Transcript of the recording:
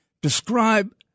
describe